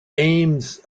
ames